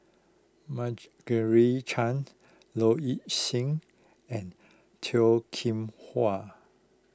Margaret Chan Low Ing Sing and Toh Kim Hwa